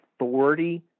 authority